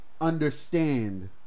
Understand